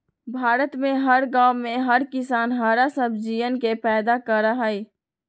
भारत में हर गांव में हर किसान हरा सब्जियन के पैदा करा हई